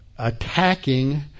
attacking